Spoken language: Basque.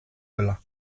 dela